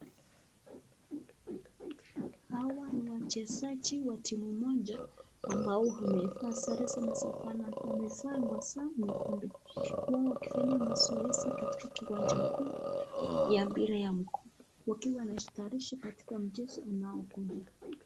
Hawa ni wachezaji wa timu moja ambao wamevaa sare zinazo fanana, wamevaa hasa nyekundu huwa wakifanya mazoezi katika kiwaanja huu wa mpira ya mguu wakiwa wanajitayarisha kwa mchezo unaokuja.